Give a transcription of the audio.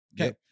okay